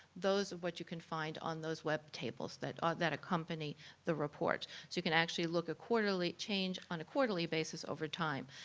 those are what you can find on those web tables that ah that accompany the report. so you can actually look a quarterly change on a quarterly basis over time.